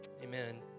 Amen